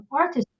artists